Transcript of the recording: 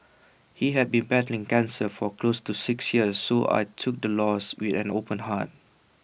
he had been battling cancer for close to six years so I took the loss with an open heart